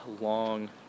long